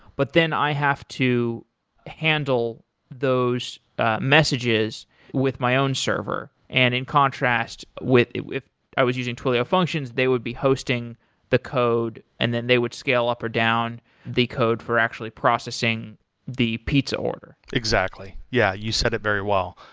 but then i have to handle those messages with my own server and in contrast with i was using twilio functions, they would be hosting the code and then they would scale up or down the code for actually processing the pizza order exactly. yeah, you said it very well.